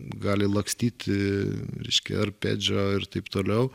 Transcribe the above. gali lakstyti reiškia arpedžo ir taip toliau